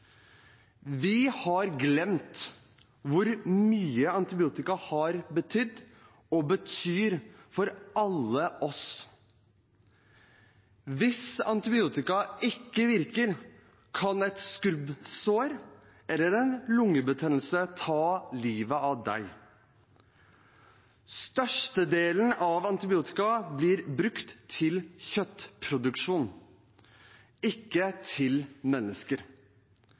Vi har glemt hvor mye antibiotika har betydd og betyr for oss alle. Hvis antibiotika ikke virker, kan et skrubbsår eller en lungebetennelse ta livet av deg. Størstedelen av antibiotika brukes til kjøttproduksjon, ikke til mennesker.